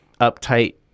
uptight